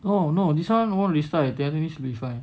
oh no this [one] wouldn't restart the enemy should be fine